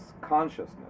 consciousness